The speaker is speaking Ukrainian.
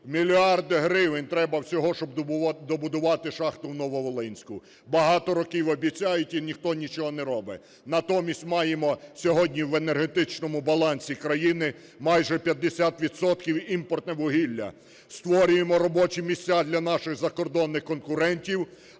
Мільярд гривень треба всього, щоб добудувати шахту в Нововолинську, багато років обіцяють і ніхто й нічого не робить. Натомість маємо сьогодні в енергетичному балансі країни майже 50 відсотків – імпортне вугілля, створюємо робочі місця для наших закордонних конкурентів,